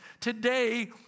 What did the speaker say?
Today